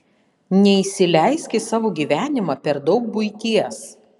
neįsileisk į savo gyvenimą per daug buities